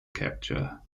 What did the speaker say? capture